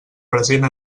present